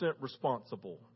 responsible